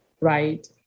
Right